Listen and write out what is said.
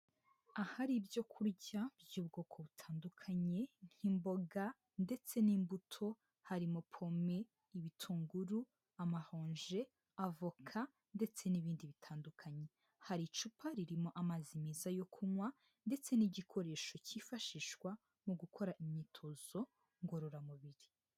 Ahari ibyo kurya by'ubwoko butandukanye nk'imboga ndetse n'imbuto harimo: pome, ibitunguru, amaronji, avoka ndetse n'ibindi bitandukanye. Hari icupa ririmo amazi meza yo kunywa ndetse n'igikoresho cyifashishwa mu gukora imyitozo ngororamubiri.